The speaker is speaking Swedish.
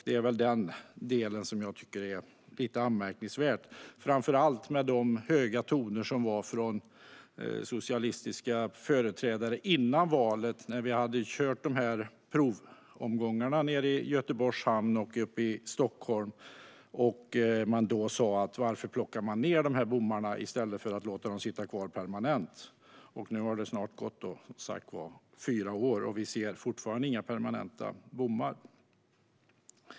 Det är väl det som jag tycker är lite anmärkningsvärt, framför allt med tanke på de höga toner som hördes från socialistiska företrädare före valet. När vi hade genomfört provomgångarna nere i Göteborgs hamn och uppe i Stockholm fick vi höra: Varför plockar man ned de här bommarna i stället för att låta dem sitta kvar permanent? Nu har det som sagt snart gått fyra år, och vi ser fortfarande inga permanenta bommar.